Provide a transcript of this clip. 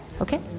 Okay